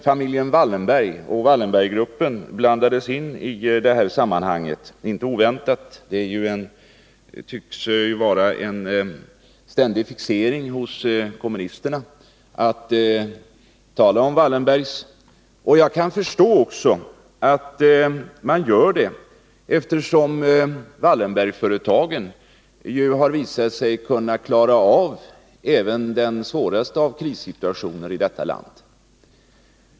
Familjen Wallenberg och Wallenberggruppen blandades in i sammanhanget — inte oväntat, för det tycks vara en ständig fixering hos kommunisterna att tala om Wallenbergs. Jag kan förstå att man gör det, eftersom Wallenbergföretagen ju har visat sig kunna klara av även den svåraste av krissituationer i detta land.